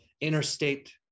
interstate